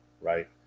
right